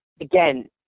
again